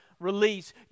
release